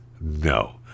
No